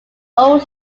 old